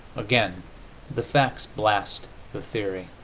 again the facts blast the theory.